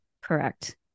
Correct